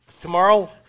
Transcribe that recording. tomorrow